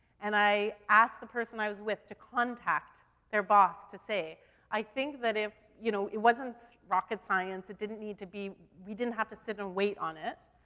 and i asked the person i was with to contact their boss to say i think that if, you know, it wasn't rocket science, it didn't need to be, we didn't have to sit and wait on it.